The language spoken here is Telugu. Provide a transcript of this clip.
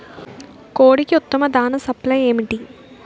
కోడికి ఉత్తమ దాణ సప్లై ఏమిటి?